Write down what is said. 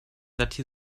that